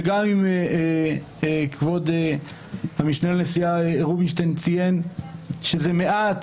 וגם אם כבוד המשנה לנשיאה רובינשטיין שזה מעט,